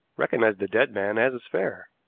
recognized the dead man as his fare.